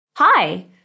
Hi